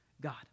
God